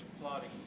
plotting